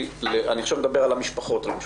למשפחות.